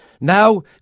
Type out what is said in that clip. Now